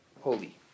holy